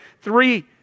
Three